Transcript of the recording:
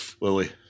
Lily